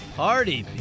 party